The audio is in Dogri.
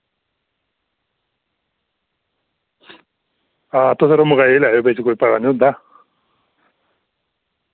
हां तुस यरो मंगाई लैयो बिच कोई पता नी होंदा